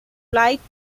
flights